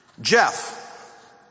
Jeff